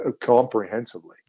comprehensively